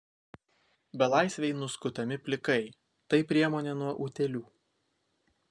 belaisviai nuskutami plikai tai priemonė nuo utėlių